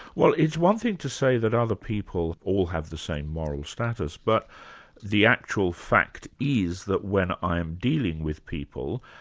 well it's one thing to say that other people all have the same moral status, but the actual fact is that when i'm dealing with people,